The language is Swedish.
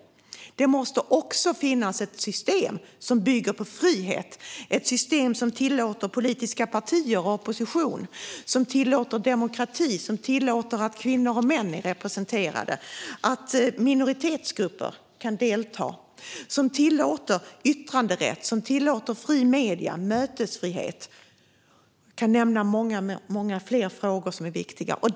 Det måste också finnas ett system som bygger på frihet, ett system som tillåter politiska partier och opposition, som tillåter demokrati, som tillåter att kvinnor och män är representerade, som tillåter att minoritetsgrupper kan delta, som tillåter yttranderätt, fria medier och mötesfrihet. Jag kan nämna många fler frågor som är viktiga.